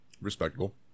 Respectable